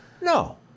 no